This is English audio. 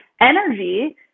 energy